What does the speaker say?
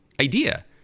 idea